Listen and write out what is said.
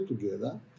together